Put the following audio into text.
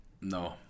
no